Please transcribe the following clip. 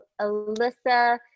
Alyssa